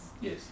Yes